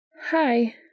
Hi